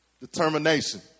determination